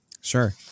Sure